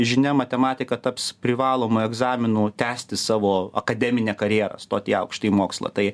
žinia matematika taps privaloma egzaminų tęsti savo akademinę karjerą stoti į aukštąjį mokslą tai